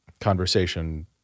conversation